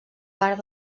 part